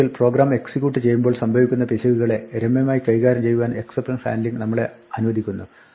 ചുരുക്കത്തിൽ program execute ചെയ്യുമ്പോൾ സംഭവിക്കുന്ന പിശകുകളെ രമ്യമായി കൈകാര്യം ചെയ്യുവാൻ എക്സപ്ഷൻ ഹാൻഡ്ലിംഗ് നമ്മളെ അനുവദിക്കുന്നു